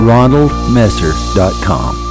RonaldMesser.com